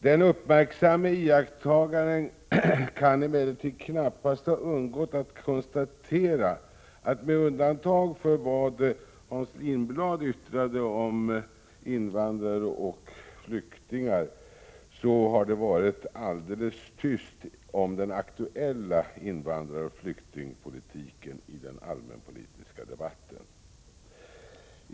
Den uppmärksamme iakttagaren kan emellertid knappast ha undgått att konstatera att det — med undantag för vad Hans Lindblad yttrade om invandrare och flyktingar — har varit alldeles tyst om den aktuella invandraroch flyktingpolitiken i denna allmänpolitiska debatt.